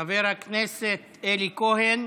חבר הכנסת אלי כהן.